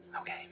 Okay